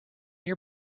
your